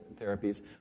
therapies